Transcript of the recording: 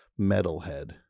metalhead